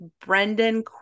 Brendan